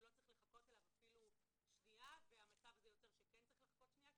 שלא צריך לחכות אליו אפילו שנייה והמצב הזה יוצר שכן צריך לחכות שנייה,